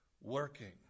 working